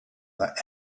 that